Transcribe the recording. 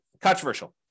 controversial